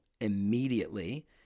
immediately